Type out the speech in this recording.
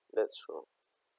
that's true